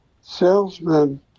salesmen